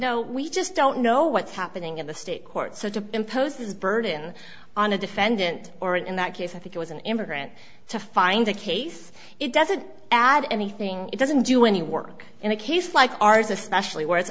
know we just don't know what's happening in the state court so to impose this burden on a defendant or in that case i think it was an immigrant to find a case it doesn't add anything it doesn't do any work in a case like ours especially w